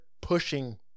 pushing